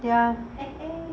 ya